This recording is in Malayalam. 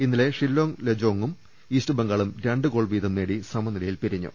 ഇന്നലെ ഷില്ലോങ്ങ് ലജോങ്ങും ഈസ്റ്റ് ബംഗാളും രണ്ടു ഗോൾ വീതം നേടി സമനിലയിൽ പിരിഞ്ഞു